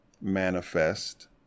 manifest